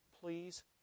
please